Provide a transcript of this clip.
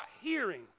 hearing